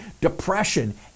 depression